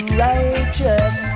righteous